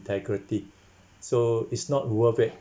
integrity so it's not worth it